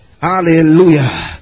hallelujah